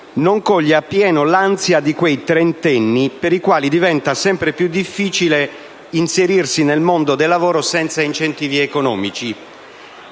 non cogliere appieno l'ansia di quei trentenni per i quali diventa sempre più difficile inserirsi nel mondo del lavoro senza incentivi economici.